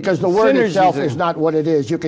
because the letters out there is not what it is you can